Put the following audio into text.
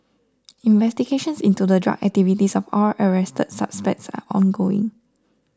investigations into the drug activities of all arrested suspects are ongoing